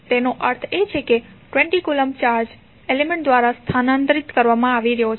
તેનો અર્થ એ કે 20 કુલંબ ચાર્જ એલિમેન્ટ દ્વારા સ્થાનાંતરિત કરવામાં આવી રહ્યો છે